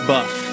Buff